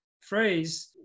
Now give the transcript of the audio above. phrase